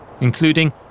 including